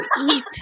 eat